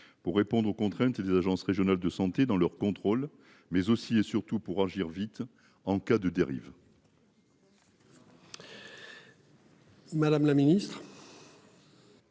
pour répondre aux contraintes et les agences régionales de santé dans leur contrôle mais aussi et surtout pour agir vite en cas de dérive. Madame la Ministre.